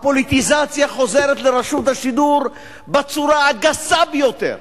הפוליטיזציה חוזרת לרשות השידור בצורה הגסה ביותר.